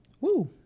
Woo